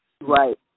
Right